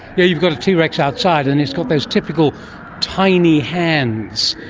you've got a t rex outside and it's got those typical tiny hands.